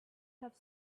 have